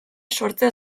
sortzea